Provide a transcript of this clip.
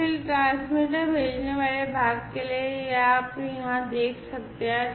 इसलिए ट्रांसमीटर भेजने वाले भाग के लिए यह आप यहां देख सकते हैं